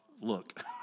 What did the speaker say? look